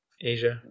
Asia